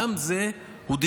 גם זה דיפרנציאלי,